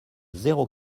zéro